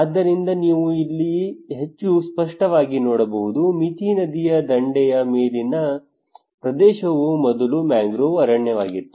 ಆದ್ದರಿಂದ ನೀವು ಇಲ್ಲಿ ಹೆಚ್ಚು ಸ್ಪಷ್ಟವಾಗಿ ನೋಡಬಹುದು ಮಿಥಿ ನದಿಯ ದಂಡೆಯ ಮೇಲಿನ ಪ್ರದೇಶವು ಮೊದಲು ಮ್ಯಾಂಗ್ರೋವ್ ಅರಣ್ಯವಾಗಿತ್ತು